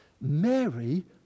Mary